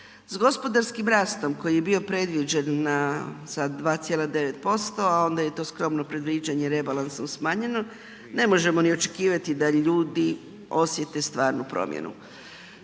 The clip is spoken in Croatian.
s gospodarskim rastom koji je bio predviđen za 2,9% a onda je to skromno predviđanje rebalansa smanjeno, ne možemo ni očekivati da ljudi osjete stvarnu promjenu.